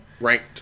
Ranked